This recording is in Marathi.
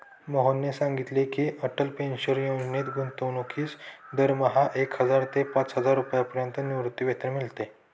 मोहनने सांगितले की, अटल पेन्शन योजनेत गुंतवणूकीस दरमहा एक हजार ते पाचहजार रुपयांपर्यंत निवृत्तीवेतन मिळते